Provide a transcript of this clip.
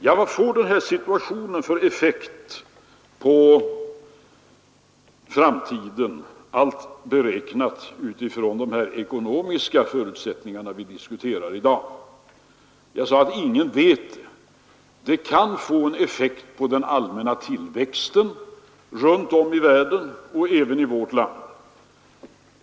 Ja, vad får den här situationen för effekt på framtiden — allt beräknat från de ekonomiska förutsättningar vi i dag politiska åtgärder diskuterar? Jag sade att ingen vet det. Det kan få en effekt på den allmänna tillväxten runt om i världen och även i vårt land.